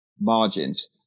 margins